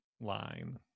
line